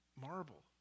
marble